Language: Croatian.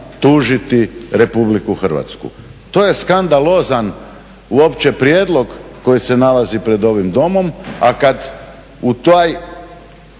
tužiti Republiku Hrvatsku. To je skandalozan uopće prijedlog koji se nalazi pred ovom domom. A kad u taj